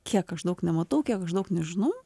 kiek aš daug nematau kiek aš žinok nežinau